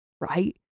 right